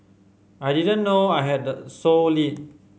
I didn't know I had the sole lead